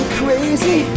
crazy